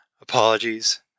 Apologies